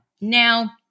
Now